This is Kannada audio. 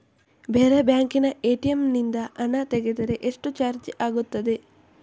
ಬೇರೆ ಬ್ಯಾಂಕಿನ ಎ.ಟಿ.ಎಂ ನಿಂದ ಹಣ ತೆಗೆದರೆ ಎಷ್ಟು ಚಾರ್ಜ್ ಆಗುತ್ತದೆ?